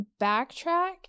backtrack